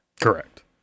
Correct